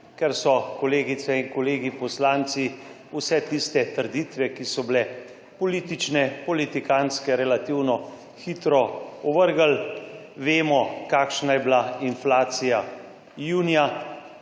ker so kolegice in kolegi poslanci vse tiste trditve, ki so bile politične, politikantske, relativno hitro ovrgli. Vemo, kakšna je bila inflacija junija